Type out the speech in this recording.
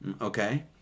Okay